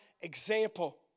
example